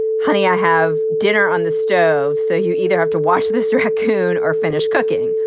honey, i have dinner on the stove. so you either have to wash this raccoon or finish cooking,